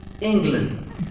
England